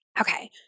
Okay